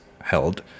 held